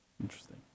Interesting